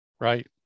Right